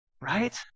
Right